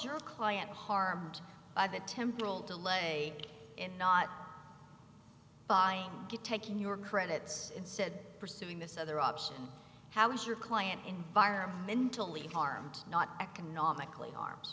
your client harmed by the temporal delay and not by you taking your credits instead pursuing this other ups how is your client environmentally harmed not economically arms